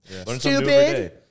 Stupid